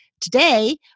Today